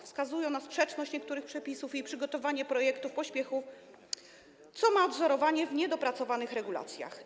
Wskazują na sprzeczność niektórych przepisów i przygotowanie projektu w pośpiechu, co ma odwzorowanie w niedopracowanych regulacjach.